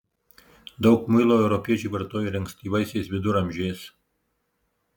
daug muilo europiečiai vartojo ir ankstyvaisiais viduramžiais